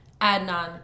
Adnan